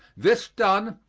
this done,